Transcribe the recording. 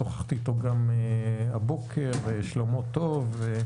שוחחתי אתו הבוקר ושלומו טוב.